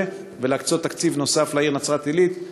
ולהקצות תקציב נוסף לעיר נצרת-עילית.